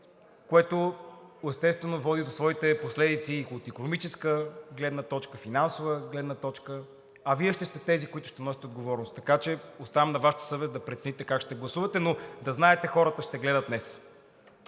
което, естествено, води до своите последици и от икономическа, финансова гледна точка, а Вие ще сте тези, които ще носите отговорност. Така че оставям на Вашата съвест да прецените как ще гласувате, но да знаете, хората ще гледат днес!